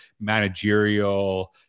managerial